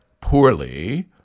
poorly